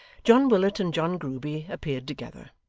john willet and john grueby appeared together.